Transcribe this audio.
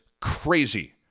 crazy